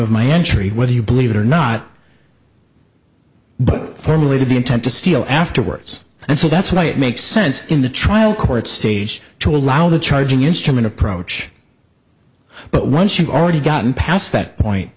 of my entry whether you believe it or not but formally to the intent to steal afterwards and so that's why it makes sense in the trial court stage to allow the charging instrument approach but once you've already gotten past that point